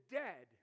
dead